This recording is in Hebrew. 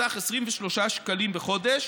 בסך 23 שקלים בחודש,